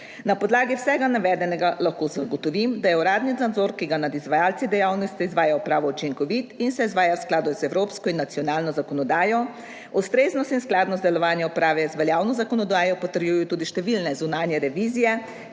Na podlagi vsega navedenega lahko ugotovim, da je uradni nadzor, ki ga nad izvajalci dejavnosti izvaja uprava učinkovit in se izvaja v skladu z evropsko in nacionalno zakonodajo. Ustreznost in skladnost delovanja uprave z veljavno zakonodajo potrjujejo tudi številne zunanje revizije,